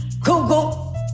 Google